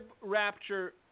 rapture